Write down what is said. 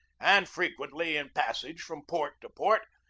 and frequently, in passage from port to port,